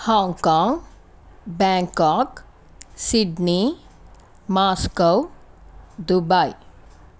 Hong Kong Bangkok Sydney Moscow Dubai